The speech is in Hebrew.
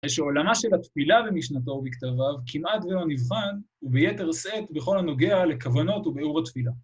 יש עולמה של התפילה במשנתו ובכתביו כמעט ולא נבחן, וביתר שאת בכל הנוגע לכוונות ובאור התפילה.